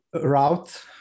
route